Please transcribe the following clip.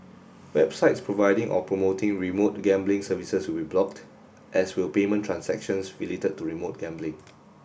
websites providing or promoting remote gambling services will blocked as will payment transactions related to remote gambling